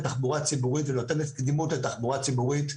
תחבורה ציבורית ונותנת קדימות לתחבורה ציבורית.